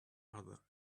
other